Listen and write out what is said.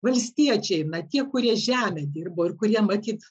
valstiečiai na tie kurie žemę dirbo ir kurie matyt